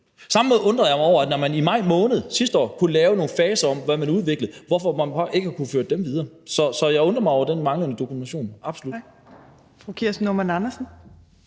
Samtidig undrer jeg mig over, hvorfor man, når man i maj måned sidste år kunne lave nogle faser om, hvad man udviklede, så ikke kunne have ført dem videre. Så jeg undrer mig over den manglende dokumentation, absolut.